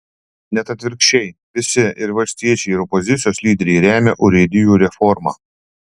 net atvirkščiai visi ir valstiečiai ir opozicijos lyderiai remia urėdijų reformą